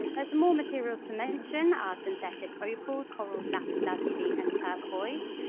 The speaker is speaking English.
some more materials to mention are synthetic opals, corals, lapis lazuli and turquoise.